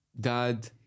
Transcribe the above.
Dad